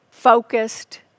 Focused